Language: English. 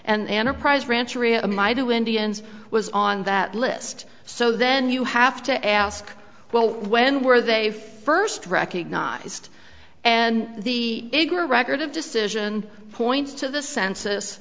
and enterprise rancher e m i do indians was on that list so then you have to ask well when were they first recognized and the bigger record of decision points to the census